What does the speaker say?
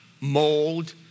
mold